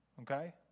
okay